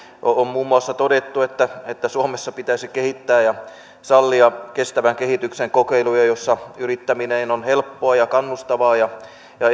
on muun muassa todettu että että suomessa pitäisi kehittää ja sallia kestävän kehityksen kokeiluja joissa yrittäminen on helppoa ja kannustavaa ja